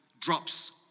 drops